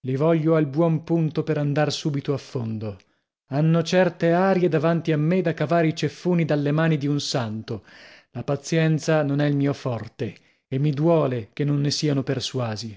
li voglio al punto buono per andar subito a fondo hanno certe arie davanti a me da cavare i ceffoni dalle mani di un santo la pazienza non è il mio forte e mi duole che non ne siano persuasi